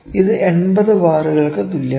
ഇത് 80 ബാറുകൾക്ക് തുല്യമാണ്